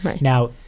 Now